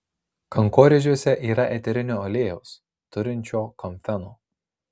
kankorėžiuose yra eterinio aliejaus turinčio kamfeno